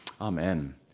Amen